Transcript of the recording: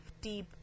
deep